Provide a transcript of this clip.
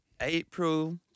April